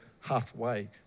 halfway